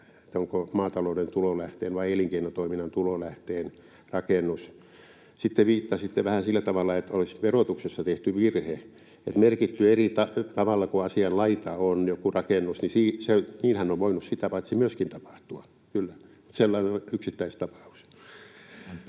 onko maatalouden tulolähteen vai elinkeinotoiminnan tulolähteen rakennus. Sitten viittasitte vähän sillä tavalla, että olisi verotuksessa tehty virhe, [Jani Mäkelä: Ei, ei!] merkitty joku rakennus eri tavalla kuin asianlaita on. Niinhän on voinut sitä paitsi myöskin tapahtua, kyllä, sellainen yksittäistapaus.